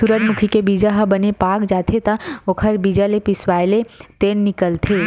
सूरजमूजी के बीजा ह बने पाक जाथे त ओखर बीजा ल पिसवाएले तेल निकलथे